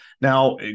Now